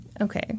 Okay